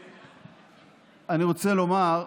ואני רוצה לומר,